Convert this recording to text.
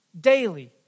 daily